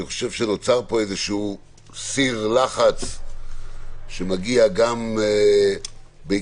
אני חושב שנוצר פה איזשהו סיר לחץ שמגיע גם בעקבות,